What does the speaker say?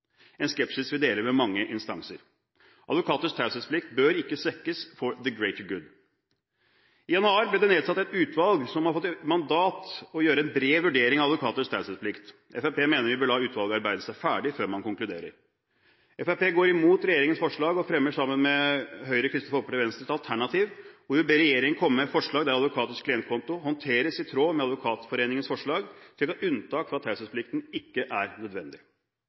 en skepsis vi deler med mange instanser. Advokaters taushetsplikt bør ikke svekkes «for the greater good». I januar ble det nedsatt et utvalg som har mandat til å gjøre en bred vurdering av advokaters taushetsplikt. Fremskrittspartiet mener vi bør la utvalget arbeide seg ferdig før man konkluderer. Fremskrittspartiet går imot regjeringen forslag og fremmer sammen med Høyre, Kristelig Folkeparti og Venstre et alternativ hvor vi ber regjeringen komme med «forslag der advokaters klientkontoer håndteres i tråd med Advokatforeningens forslag og slik at unntak fra taushetsplikten ikke er nødvendig».